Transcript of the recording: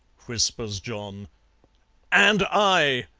whispers john and i,